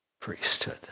priesthood